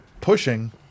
pushing